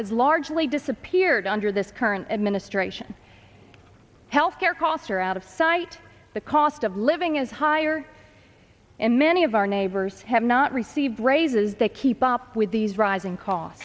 has largely disappeared under this current administration health care costs are out of sight the cost of living is higher and many of our neighbors have not received raises that keep up with these rising costs